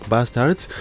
Bastards